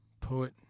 poet